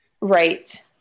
Right